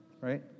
right